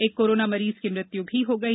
एक कोरोना मरीज की मृत्यु भी हो गयी